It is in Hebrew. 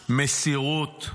מסירות,